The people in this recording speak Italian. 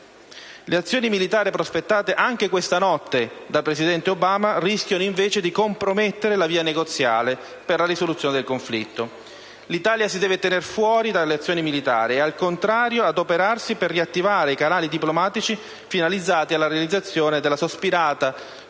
Le azioni militari prospettate anche questa notte dal presidente Obama rischiano invece di compromettere la via negoziale per la risoluzione del conflitto. L'Italia si deve tener fuori dalle azioni militari e, al contrario, adoperarsi per riattivare i canali diplomatici finalizzati alla realizzazione della sospirata Conferenza